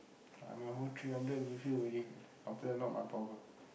ah my whole three hundred give you already after that not my problem